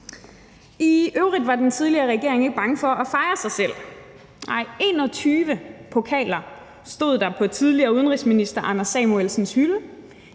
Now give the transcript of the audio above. I øvrigt var den tidligere regering ikke bange for at fejre sig selv. Der stod 21 pokaler på tidligere udenrigsminister Anders Samuelsens hylde